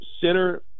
center